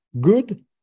good